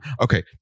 Okay